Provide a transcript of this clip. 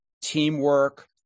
teamwork